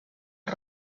els